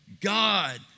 God